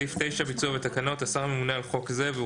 ביצוע ותקנות השר ממונה על חוק זה והוא